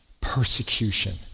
persecution